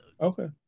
okay